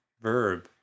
verb